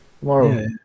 Tomorrow